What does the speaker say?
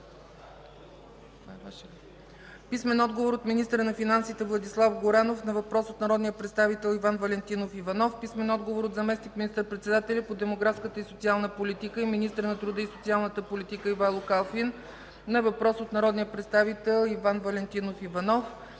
Иванов; - министъра на финансите Владислав Горанов на въпрос от народния представител Иван Валентинов Иванов; - заместник министър-председателя по демографската и социалната политика и министър на труда и социалната политика Ивайло Калфин на въпрос от народния представител Иван Валентинов Иванов;